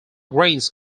grains